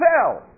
fell